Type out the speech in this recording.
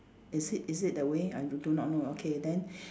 is it is it that way I do do not know okay then